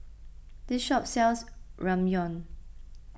this shop sells Ramyeon